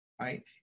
right